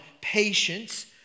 patience